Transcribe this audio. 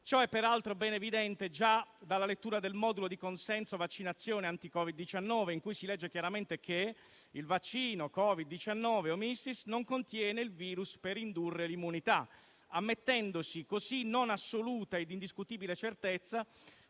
Ciò è peraltro ben evidente già dalla lettura del modulo di consenso vaccinazione contro il Covid-19, in cui si legge chiaramente che il vaccino non contiene il *virus* per indurre l'immunità, ammettendosi così con assoluta e indiscutibile certezza